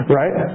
right